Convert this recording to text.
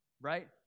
Right